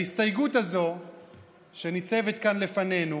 ההסתייגות הזאת שניצבת כאן לפנינו